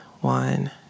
one